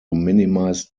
minimize